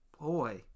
boy